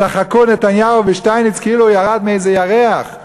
צחקו נתניהו ושטייניץ כאילו הוא ירד מאיזה ירח.